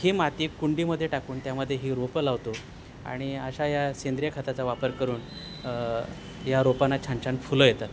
ही माती कुंडीमध्ये टाकून त्यामध्ये ही रोपं लावतो आणि अशा या सेंद्रिय खताचा वापर करून या रोपांना छान छान फुलं येतात